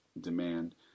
demand